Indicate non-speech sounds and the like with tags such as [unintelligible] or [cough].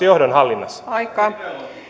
[unintelligible] johdon hallinnassa